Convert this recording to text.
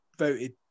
voted